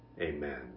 amen